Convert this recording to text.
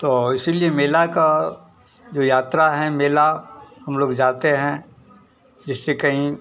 तो इसीलिए मेला का जो यात्रा हैं मेला हम लोग जाते हैं जिससे कहीं